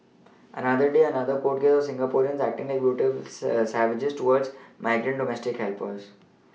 another day another court case of Singaporeans acting like brutal savages towards migrant domestic helpers